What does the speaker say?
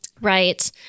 Right